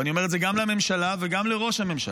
ואני אומר את זה גם לממשלה וגם לראש הממשלה.